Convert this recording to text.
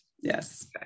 Yes